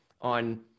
on